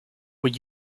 were